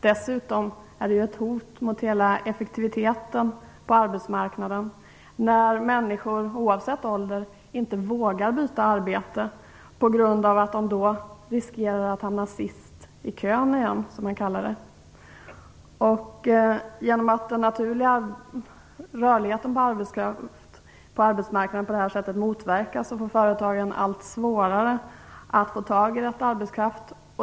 Dessutom är det ett hot mot hela effektiviteten på arbetsmarknaden när människor, oavsett ålder, inte vågar byta arbete på grund av att de då riskerar att åter hamna sist i kön. Genom att den naturliga rörligheten på arbetsmarknaden på detta sätt motverkas får företagen allt svårare att få tag i rätt arbetskraft.